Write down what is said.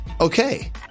Okay